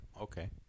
Okay